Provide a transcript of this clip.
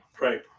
Right